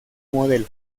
modelo